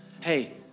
Hey